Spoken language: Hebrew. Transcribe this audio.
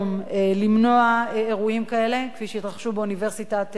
למנוע אירועים כאלה כפי שהתרחשו באוניברסיטת תל-אביב.